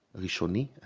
rishoni,